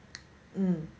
mm